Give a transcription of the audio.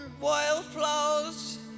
Wildflowers